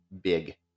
big